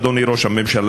אדוני ראש הממשלה,